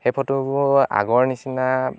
সেই ফটোবোৰ আগৰ নিচিনা